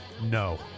No